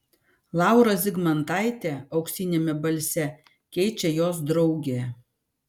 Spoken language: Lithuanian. laurą zigmantaitę auksiniame balse keičia jos draugė